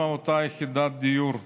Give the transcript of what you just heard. אותה יחידת דיור,